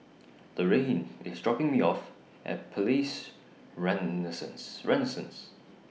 Loraine IS dropping Me off At Palais Renaissance